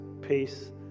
peace